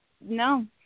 No